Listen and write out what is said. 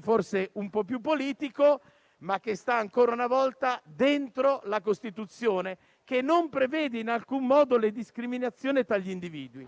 forse un po' più politico, ma che sta ancora una volta dentro la Costituzione, che non prevede in alcun modo la discriminazione tra gli individui.